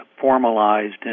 formalized